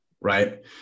right